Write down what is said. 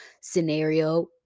scenario